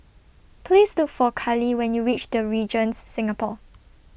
Please Look For Carley when YOU REACH The Regent Singapore